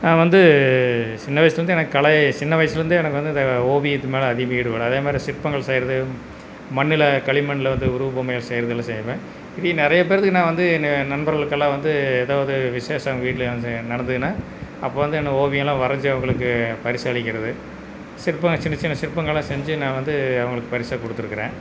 நான் வந்து சின்ன வயசுலேருந்து எனக்கு கலை சின்ன வயசுலேருந்தே எனக்கு வந்து இந்த ஓவியத்து மேலே அதிக ஈடுபாடு அதேமாதிரி சிற்பங்கள் செய்கிறது மண்ணில் களிமணில் வந்து உருவ பொம்மைகள் செய்கிறதெல்லாம் செய்வேன் இப்படி நிறைய பேர்த்துக்கு நான் வந்து என்ன நண்பர்களுக்கு எல்லாம் வந்து ஏதாவது விசேஷம் வீட்டில் ஏதாச்சும் நடந்ததுன்னா அப்போது வந்து இந்த ஓவியம்லாம் வரைஞ்சு அவங்களுக்கு பரிசளிக்கிறது சிற்பங்கள் சின்னச் சின்ன சிற்பங்கள்லாம் செஞ்சி நான் வந்து அவங்களுக்கு பரிசாக கொடுத்துருக்கிறேன்